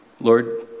Lord